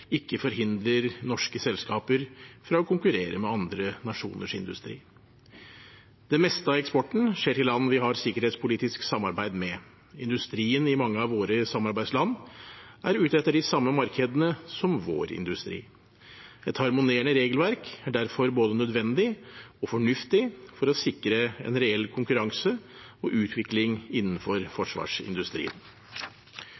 ikke forhindrer norske selskaper fra å konkurrere med andre nasjoners industri. Det meste av eksporten skjer til land vi har sikkerhetspolitisk samarbeid med. Industrien i mange av våre samarbeidsland er ute etter de samme markedene som vår industri. Et harmonerende regelverk er derfor både nødvendig og fornuftig for å sikre en reell konkurranse og utvikling innenfor